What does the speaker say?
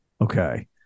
okay